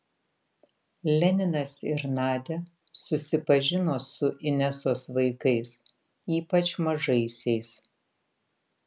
leninas ir nadia susipažino su inesos vaikais ypač mažaisiais